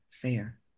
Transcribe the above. fair